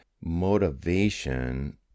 motivation